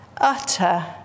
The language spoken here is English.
utter